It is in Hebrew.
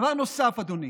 דבר נוסף, אדוני,